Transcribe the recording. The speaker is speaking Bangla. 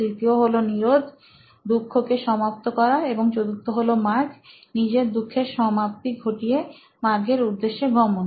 তৃতীয় হলো নিরোধ দুঃখ কে সমাপ্ত করা এবং চতুর্থ হলো মার্গ নিজের দুঃখের সমাপ্তি ঘটিয়ে মার্গের উদ্দেশ্যে গমন